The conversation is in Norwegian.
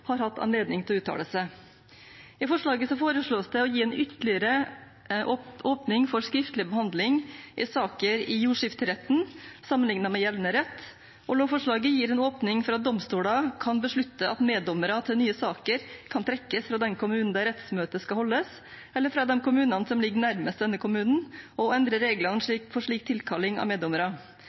har hatt anledning til å uttale seg. I forslaget foreslås det å gi en ytterligere åpning for skriftlig behandling i saker i jordskifteretten, sammenlignet med gjeldende rett, og lovforslaget gir en åpning for at domstolene kan beslutte at meddommere i nye saker kan trekkes fra den kommunen der rettsmøtet skal holdes, eller fra de kommunene som ligger nærmest denne kommunen, og endre reglene for innkalling av meddommere. Det er imidlertid viktig at prinsippet om tilfeldig valg av meddommere